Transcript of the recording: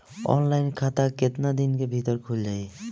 Online खाता केतना दिन के भीतर ख़ुल जाई?